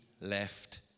left